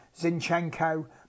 Zinchenko